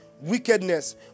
wickedness